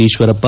Eshwarappa